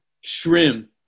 shrimp